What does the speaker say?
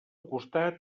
costat